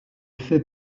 fait